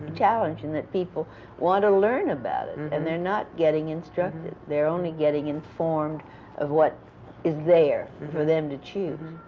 and that people want to learn about it, and and they're not getting instructed. they're only getting informed of what is there for them to choose.